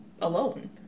alone